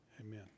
Amen